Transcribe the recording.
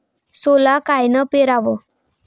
सोला कायनं पेराव?